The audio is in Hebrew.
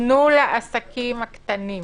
תנו לעסקים הקטנים,